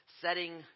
setting